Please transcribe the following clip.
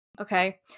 Okay